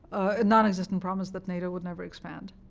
a nonexistent promise that nato would never expand.